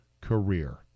career